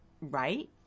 right